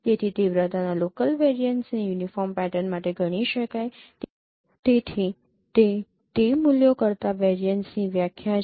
તેથી તીવ્રતાના લોકલ વેરિયન્સને યુનિફોર્મ પેટર્ન માટે ગણી શકાય તેથી તે તે મૂલ્યો કરતાં વેરિયન્સની વ્યાખ્યા છે